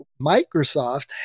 Microsoft